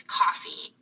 coffee